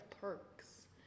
perks